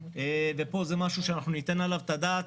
זה משהו שניתן עליו את הדעת.